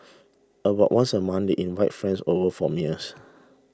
about once a month they invite friends over for meals